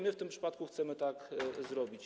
My w tym przypadku chcemy tak zrobić.